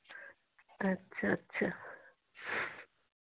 अच्छा अच्छा